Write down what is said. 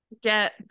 get